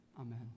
Amen